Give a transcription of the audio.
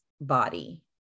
body